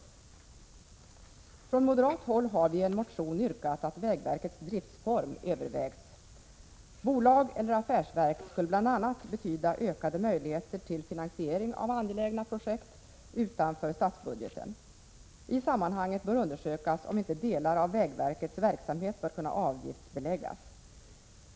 Vi moderater har i en motion yrkat att vägverkets driftsform övervägs. Bolag eller affärsverk skulle bl.a. betyda ökade möjligheter till finansiering av angelägna objekt utanför statsbudgeten. I sammanhanget bör undersökas om inte delar av vägverkets verksamhet bör kunna avgiftsbeläggas.